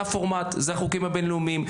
הפורמט, אלה החוקים הבין-לאומיים.